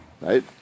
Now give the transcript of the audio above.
Right